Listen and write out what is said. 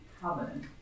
covenant